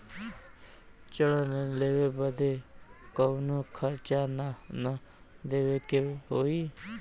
ऋण लेवे बदे कउनो खर्चा ना न देवे के होई?